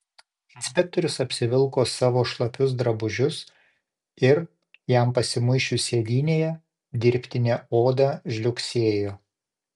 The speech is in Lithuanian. inspektorius apsivilko savo šlapius drabužius ir jam pasimuisčius sėdynėje dirbtinė oda žliugsėjo